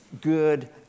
good